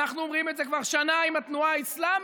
אנחנו אומרים את זה כבר שנה עם התנועה האסלאמית,